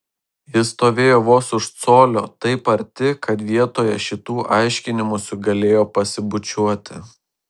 jis stovėjo vos už colio taip arti kad vietoje šitų aiškinimųsi galėjo pasibučiuoti